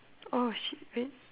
oh shit wait